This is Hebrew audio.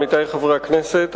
עמיתי חברי הכנסת,